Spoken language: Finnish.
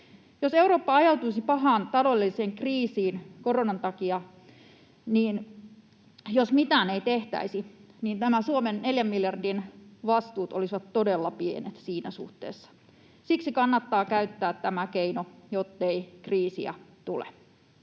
Jos Eurooppa ajautuisi pahaan taloudelliseen kriisiin koronan takia ja jos mitään ei tehtäisi, niin nämä Suomen neljän miljardin euron vastuut olisivat todella pienet siinä suhteessa. Siksi kannattaa käyttää tämä keino, jottei kriisiä tule.